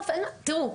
תראו,